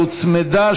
שהוצמדה.